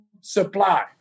supply